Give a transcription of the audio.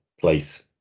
place